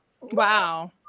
Wow